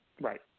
Right